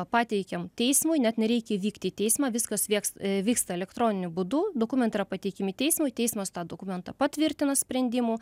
pateikiam teismui net nereikia vykti į teismą viskas vieks vyksta elektroniniu būdu dokumentai yra pateikiami teismui teismas tą dokumentą patvirtina sprendimu